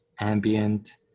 ambient